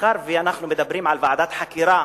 ואנחנו מדברים על ועדת חקירה,